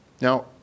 Now